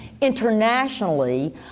internationally